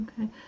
Okay